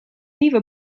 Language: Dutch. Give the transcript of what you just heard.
nieuwe